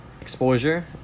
exposure